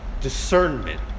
discernment